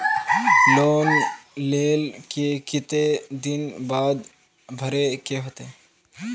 Loan लेल के केते दिन बाद भरे के होते?